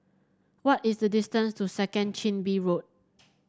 what is the distance to Second Chin Bee Road